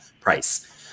Price